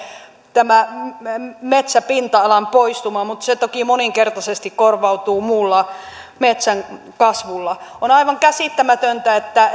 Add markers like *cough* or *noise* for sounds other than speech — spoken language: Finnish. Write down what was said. tämä metsäpinta alan poistuma mutta se toki moninkertaisesti korvautuu muulla metsän kasvulla on aivan käsittämätöntä että *unintelligible*